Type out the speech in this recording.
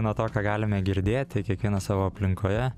nuo to ką galime girdėti kiekvienas savo aplinkoje